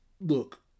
look